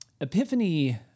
Epiphany